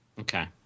okay